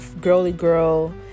girly-girl